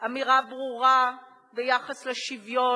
אמירה ברורה ביחס לשוויון,